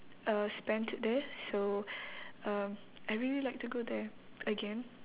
uh spent there so um I'd really like to go there again